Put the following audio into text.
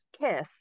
kiss